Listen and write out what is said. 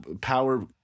power